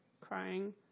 crying